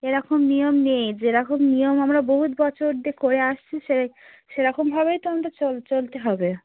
এরকম নিয়ম নেই যেরকম নিয়ম আমরা বহুত বছর দিয়ে করে আসছি সেই সেরকমভাবেই তো আমাদের চলতে হবে